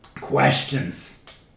Questions